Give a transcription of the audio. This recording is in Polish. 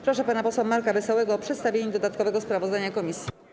Proszę pana posła Marka Wesołego o przedstawienie dodatkowego sprawozdania komisji.